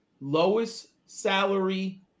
lowest-salary